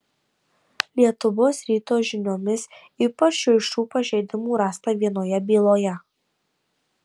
lietuvos ryto žiniomis ypač šiurkščių pažeidimų rasta vienoje byloje